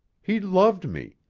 he loved me.